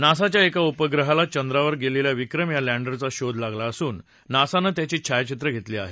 नासाच्या एका उपग्रहाला चंद्रावर गेलेल्या विक्रम या लँडरचा शोध लागला असून नासानं त्याची छायाचित्र घेतली आहेत